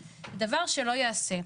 זה דבר שלא ייעשה.